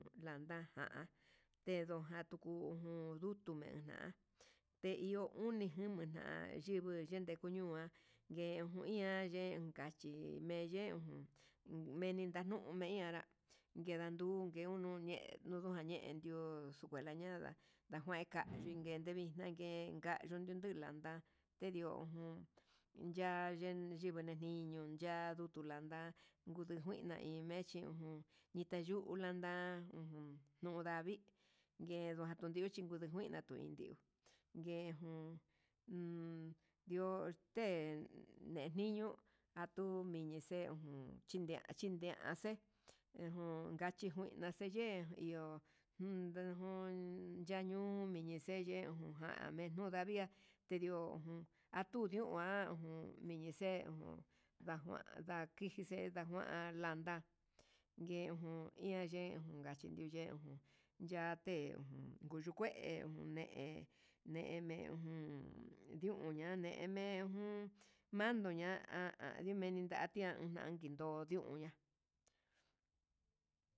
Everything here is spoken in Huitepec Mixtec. Landa jan tedun jatu jun dutu me'e na te iho uni juni na'a nayingui yenduu kuñua yendu iha yenka chi yemen, menina nume'i ñanra nguedanduu ngueu nunenu niuja ndeniu escuela nda'a, ndague kekinje tevixna ngue ngayu nunu landa ya yee yingui ni niño'o, unya'a tulanda nguu nguina xhimechi ñiun ngun itayu landa ujun nuu ndavii yenjun tanduchi njudu kuina nde'e vindiu nguee jun uun ndio té ne niño atu minixe jun chidian chindian xe'e, ejún ngachikuina xe'e ye'e iho jun ndangun, yaniu mini xeye ujun jame nuu ndavii ya ndio ujun, ha tiu ndiu jan ujun mini xe'e uun ndajuan ndakixhi xe'e ndajuan landa xe'e jun iha ye jun landii indiun ye'e late'e uju ndekue une'e neme jun, nduña'a ndeme'e jun manio nda'a meni ndakia andio nuña.